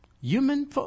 Human